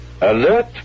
Alert